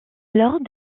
alors